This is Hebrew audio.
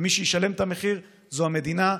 ומי שישלם את המחיר זו המדינה,